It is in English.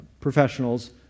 professionals